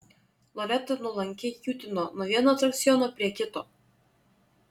loreta nuolankiai kiūtino nuo vieno atrakciono prie kito